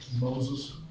Moses